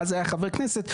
שהיה אז חבר כנסת,